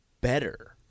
better